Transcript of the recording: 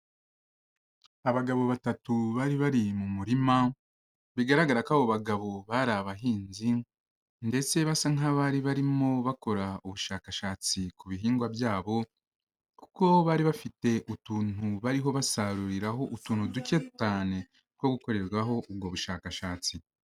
Abagabo batatu bari bari mu murima bigaragara ko abo bagabo bari abahinzi ndetse basa nk'abari barimo bakora ubushakashatsi ku bihingwa byabo kuko bari bafite utuntu bariho basaruriraho utuntu duke cyane two gukorerwaho ubwo bushakashatsi.